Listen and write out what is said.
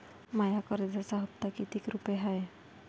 माया कर्जाचा हप्ता कितीक रुपये हाय?